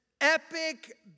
epic